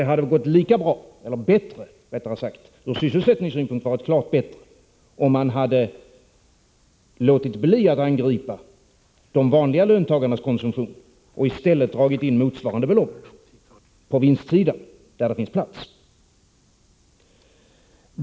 Det hade gått lika bra och ur sysselsättningssynpunkt varit klart bättre, om man hade låtit bli att angripa de vanliga löntagarnas konsumtion och i stället dragit in motsvarande belopp på vinstsidan, där det finns plats.